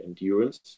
endurance